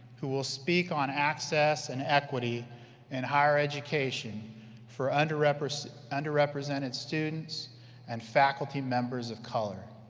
who will speak on access and equity in higher education for underrepresented underrepresented students and faculty members of color.